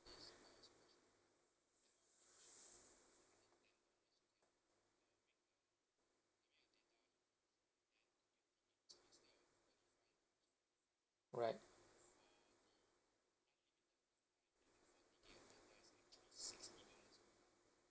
right